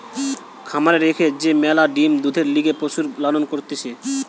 খামারে রেখে যে ম্যালা ডিম্, দুধের লিগে পশুর লালন করতিছে